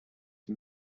for